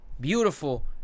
Beautiful